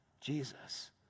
Jesus